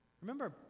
Remember